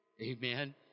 Amen